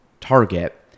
target